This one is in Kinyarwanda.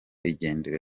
igendere